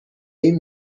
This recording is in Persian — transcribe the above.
این